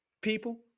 people